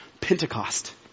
Pentecost